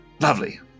Lovely